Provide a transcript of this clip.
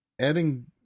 adding